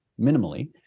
minimally